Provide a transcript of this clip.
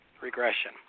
regression